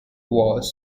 was